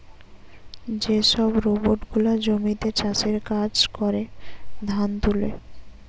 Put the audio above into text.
যে সব রোবট গুলা জমিতে চাষের কাজ করে, ধান তুলে